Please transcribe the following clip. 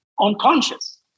unconscious